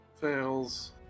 fails